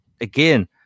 again